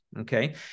Okay